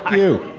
you